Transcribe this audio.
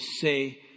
say